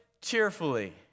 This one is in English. cheerfully